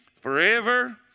forever